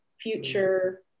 future